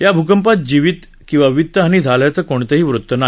या भूकंपात जीवित किंवा वित्तहानी झाल्याचं कोणतंही वृत्त नाही